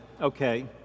okay